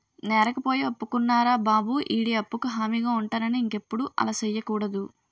నేరకపోయి ఒప్పుకున్నారా బాబు ఈడి అప్పుకు హామీగా ఉంటానని ఇంకెప్పుడు అలా సెయ్యకూడదు